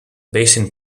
based